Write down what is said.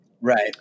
right